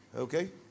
Okay